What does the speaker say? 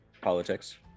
politics